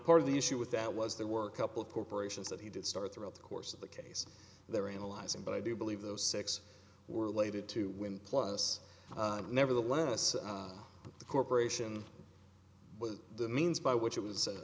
part of the issue with that was there were a couple of corporations that he did star throughout the course of the case they're analyzing but i do believe those six were lated to win plus nevertheless the corporation with the means by which it was